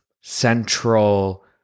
central